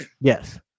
Yes